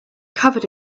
covered